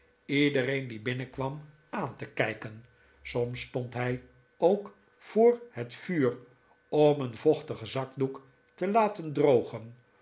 iedereen die binnenkwam aan te kijken soms stond hij ook voor het vuur om een vochtigen zakdoek te laten drogen